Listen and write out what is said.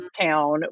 town